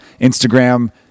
instagram